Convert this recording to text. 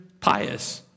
pious